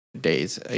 Days